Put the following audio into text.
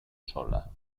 sola